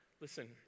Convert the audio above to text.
listen